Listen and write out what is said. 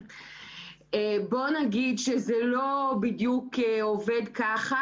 בוא נגיד שזה לא בדיוק עובד כך.